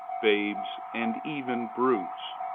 babes, and even brutes!